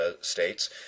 states